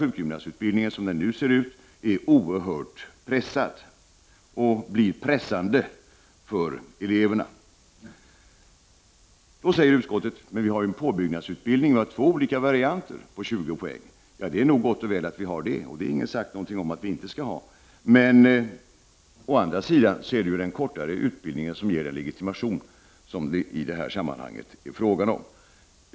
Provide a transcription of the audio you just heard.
Sjukgymnastutbildningen är dessutom oerhört pressad och blir pressande för eleverna. Utskottet säger att det finns en påbyggnadsutbildning med två olika varianter på 20 poäng. Det är gott och väl — det är inte någon som har sagt att det inte skall vara så — men å andra sidan är det den kortare utbildningen som ger en legitimation, som det i detta sammanhang är fråga om.